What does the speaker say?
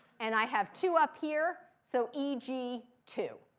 and i have two up here. so e g two.